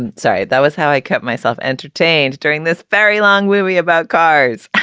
and sorry. that was how i kept myself entertained during this very long, weary about guards,